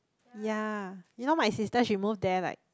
yea you know my sister she move there like